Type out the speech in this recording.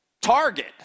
target